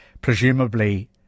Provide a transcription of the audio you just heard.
Presumably